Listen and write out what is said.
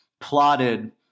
plotted